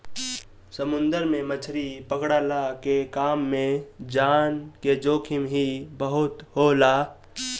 समुंदर में मछरी पकड़ला के काम में जान के जोखिम ही बहुते होला